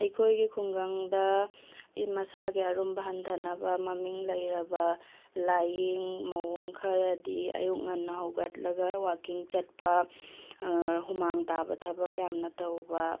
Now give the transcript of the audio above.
ꯑꯩꯈꯣꯏꯒꯤ ꯈꯨꯡꯒꯪꯗ ꯃꯁꯥꯒꯤ ꯑꯔꯨꯝꯕ ꯍꯟꯊꯅꯕ ꯃꯃꯤꯡ ꯂꯩꯔꯕ ꯂꯥꯏꯌꯦꯡ ꯃꯑꯣꯡ ꯈꯔꯗꯤ ꯑꯌꯨꯛ ꯉꯟꯅ ꯍꯧꯒꯠꯂꯒ ꯋꯥꯛꯀꯤꯡ ꯆꯠꯄ ꯍꯨꯃꯥꯡ ꯇꯥꯕ ꯊꯕꯛ ꯌꯥꯝꯅ ꯇꯧꯕ